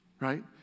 right